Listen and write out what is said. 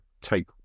take